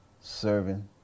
serving